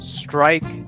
strike